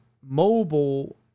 mobile